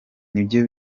n’ibyo